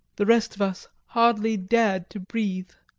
the rest of us hardly dared to breathe.